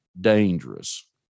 dangerous